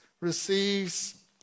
receives